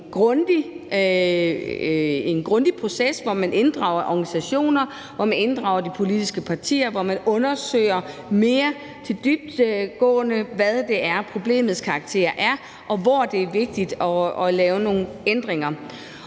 sket i en grundig proces, hvor man inddrager organisationer, hvor man inddrager de politiske partier, hvor man mere dybtgående undersøger, hvad problemets karakter er, og hvor det er vigtigt at lave nogle ændringer.